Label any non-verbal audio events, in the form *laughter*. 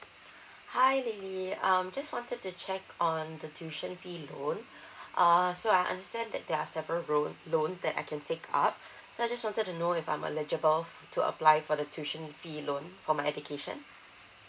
*breath* hi lily um just wanted to check on the tuition fee loan *breath* uh so I understand that there're several loan loans that I can take up *breath* so I just wanted to know if I'm eligible *breath* to apply for the tuition fee loan for my education